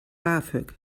bafög